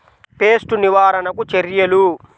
Pest నివారణకు చర్యలు?